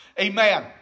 Amen